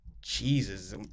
Jesus